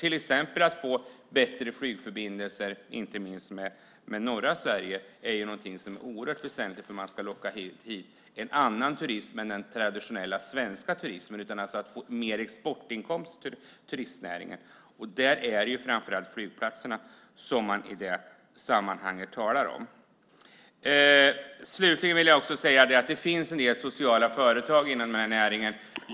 Till exempel att få bättre flygförbindelser inte minst med norra Sverige är någonting som är oerhört väsentligt för att man ska locka hit en annan turism än den traditionella svenska turismen och alltså få mer exportinkomster från turistnäringen. I det sammanhanget är det framför allt flygplatserna som man talar om. Slutligen vill jag säga att det finns en del sociala företag inom denna näring.